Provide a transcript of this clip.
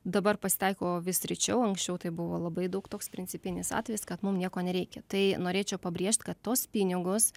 dabar pasitaiko vis rečiau anksčiau tai buvo labai daug toks principinis atvejis kad mum nieko nereikia tai norėčiau pabrėžt kad tuos pinigus